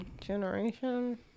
generation